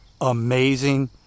amazing